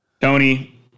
Tony